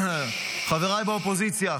חבריי באופוזיציה,